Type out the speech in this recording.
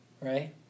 right